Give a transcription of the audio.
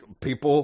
people